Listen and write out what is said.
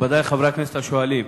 מכובדי חברי הכנסת השואלים,